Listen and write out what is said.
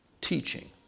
teaching